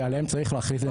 שעליהם צריך להכריז.